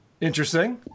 interesting